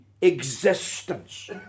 existence